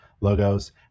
logos